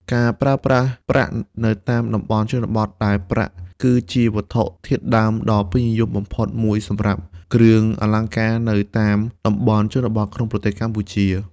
ការប្រើប្រាស់ប្រាក់នៅតាមតំបន់ជនបទ ដែលប្រាក់ គឺជាវត្ថុធាតុដើមដ៏ពេញនិយមបំផុតមួយសម្រាប់គ្រឿងអលង្ការនៅតាមតំបន់ជនបទក្នុងប្រទេសកម្ពុជា។